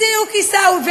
בדיוק, עיסאווי.